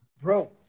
Bro